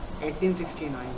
1869